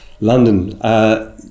London